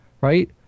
right